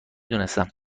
دونستم